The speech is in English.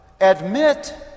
admit